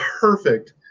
perfect